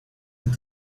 with